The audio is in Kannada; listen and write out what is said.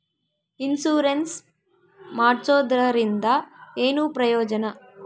ಇನ್ಸುರೆನ್ಸ್ ಮಾಡ್ಸೋದರಿಂದ ಏನು ಪ್ರಯೋಜನ?